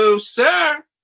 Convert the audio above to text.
sir